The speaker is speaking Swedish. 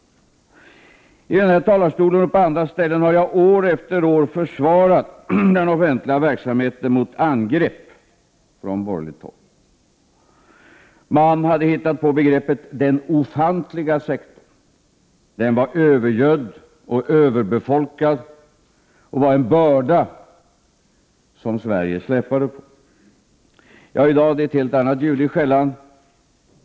1988/89:59 talarstolen och på andra ställen har jag år efter år försvarat den offentliga — 1 februari 1989 verksamheten mot angrepp från borgerligt håll. Man hade hittat på Zoo dr rn begreppet ”den ofantliga sektorn” - den var övergödd och överbefolkad aska var en börda som Sverige släpade på. I dag är det ett helt annat ljud i skällan.